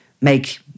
make